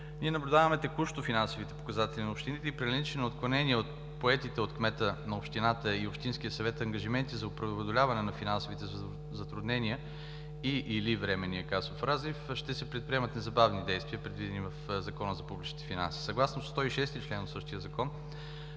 Ние наблюдаваме текущо финансовите показатели на общините. При наличие на отклонение от поетите от кмета на общината и общинския съвет ангажименти за преодоляване на финансовите затруднения и/или временния касов разрив ще се предприемат незабавни действия, предвидени в Закона за публичните финанси. Съгласно чл. 106 от същия Закон